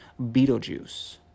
Beetlejuice